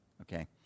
Okay